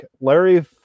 Larry